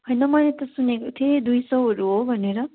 होइन मैले त सुनेको थिएँ दुई सौहरू हो भनेर